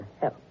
help